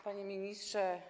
Panie Ministrze!